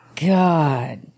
God